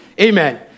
Amen